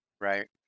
right